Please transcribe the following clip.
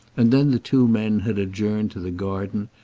and then the two men had adjourned to the garden,